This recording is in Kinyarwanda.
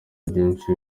byinshi